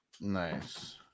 Nice